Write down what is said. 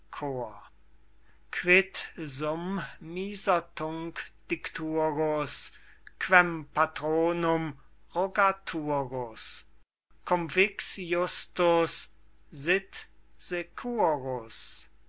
dicturus quem patronum rogaturus cum vix justus